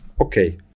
okay